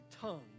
tongue